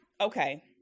Okay